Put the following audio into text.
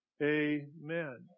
Amen